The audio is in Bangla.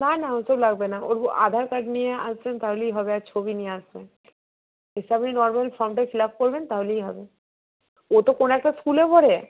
না না ওই সব লাগবে না ওর আধার কার্ড নিয়ে আসবেন তাহলেই হবে আর ছবি নিয়ে আসবেন এসে আপনি নর্মাল ফর্মটা ফিল আপ করবেন তাহলেই হবে ও তো কোনো একটা স্কুলে পড়ে